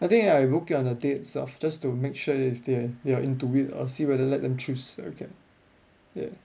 I think I'll book it on the day itself just to make sure if they're they are into it I'll see whether let them choose okay ya